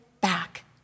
back